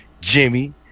Jimmy